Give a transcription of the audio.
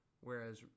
whereas